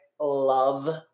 love